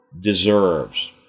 deserves